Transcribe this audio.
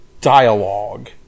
dialogue